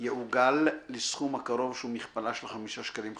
יעוגל לסכום הקרוב שהוא מכפלה של חמישה שקלים חדשים,